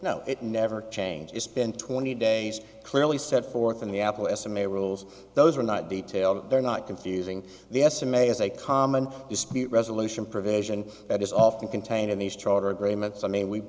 no it never changed it's been twenty days clearly set forth in the apple s m a rules those are not detail they're not confusing the estimate is a common dispute resolution provision that is often contained in these charter agreements i mean we